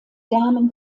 damen